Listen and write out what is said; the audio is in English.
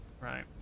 Right